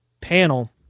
panel